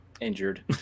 injured